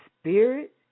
Spirit